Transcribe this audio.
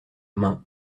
main